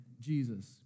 Jesus